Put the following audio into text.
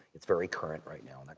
it's very current right now. and like